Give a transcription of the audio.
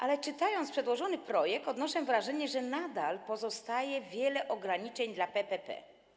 Ale czytając przedłożony projekt, odnoszę wrażenie, że nadal pozostaje wiele ograniczeń dla PPP.